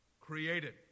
created